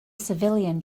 civilian